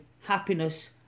happiness